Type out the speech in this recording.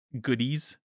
goodies